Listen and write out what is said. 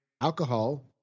alcohol